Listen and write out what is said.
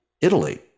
italy